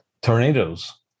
tornadoes